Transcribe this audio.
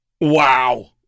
wow